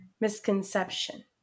misconception